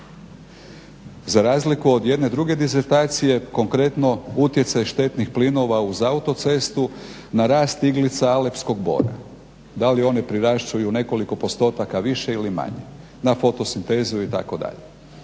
Za razliku od jedne druge disertacije, konkretno "Utjecaj štetnih plinova uz autocestu na rast iglica Alepskog bora", da li one prirašćuju u nekoliko postotaka više ili manje na fotosintezu itd.